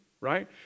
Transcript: right